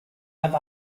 have